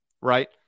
right